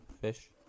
fish